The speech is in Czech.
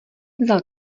vzal